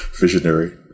Visionary